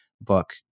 book